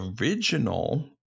original